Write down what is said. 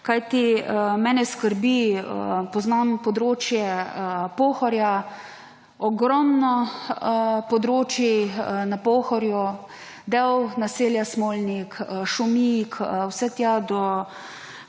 Kajti mene skrbi, poznam območje Pohorja, ogromno območij na Pohorju, del naselja Smolnik, Šumik, vse tja do